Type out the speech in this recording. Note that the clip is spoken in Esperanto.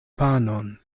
panon